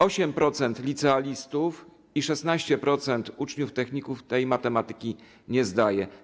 8% licealistów i 16% uczniów techników tej matematyki nie zdaje.